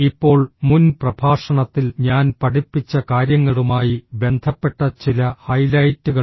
ഇപ്പോൾ മുൻ പ്രഭാഷണത്തിൽ ഞാൻ പഠിപ്പിച്ച കാര്യങ്ങളുമായി ബന്ധപ്പെട്ട ചില ഹൈലൈറ്റുകൾ